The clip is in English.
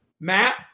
Matt